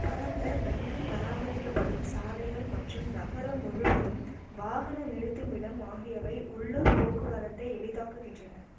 பரந்த நன்கு பராமரிக்கப்படும் சாலைகள் மற்றும் நகரம் முழுவதும் வாகன நிறுத்துமிடம் ஆகியவை உள்ளூர் போக்குவரத்தை எளிதாக்குகின்றன